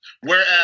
Whereas